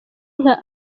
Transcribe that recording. nka